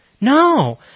No